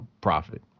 profit